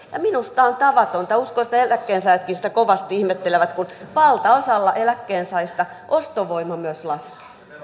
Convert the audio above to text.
ja minusta on tavatonta uskon että eläkkeensaajatkin sitä kovasti ihmettelevät kun valtaosalla eläkkeensaajista ostovoima myös laskee